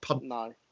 no